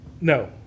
No